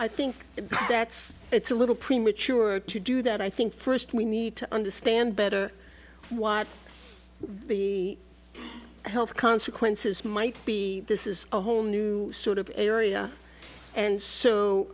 i think that's it's a little premature to do that i think first we need to understand better what the health consequences might be this is a whole new sort of area and